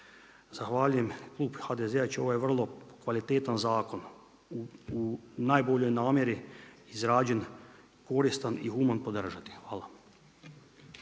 Zahvaljujem. Klub HDZ-a će ovaj vrlo kvalitetan zakon u najboljoj namjeri izrađen koristan i human podržati. Hvala.